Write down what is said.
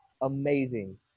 amazing